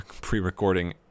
pre-recording